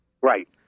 Right